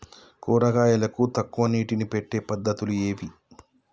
కూరగాయలకు తక్కువ నీటిని పెట్టే పద్దతులు ఏవి?